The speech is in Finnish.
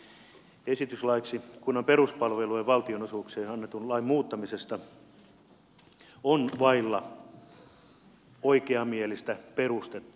käsiteltävänä oleva esitys laiksi kunnan peruspalvelujen valtionosuuksista annetun lain muuttamisesta on vailla oikeamielistä perustetta